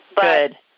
Good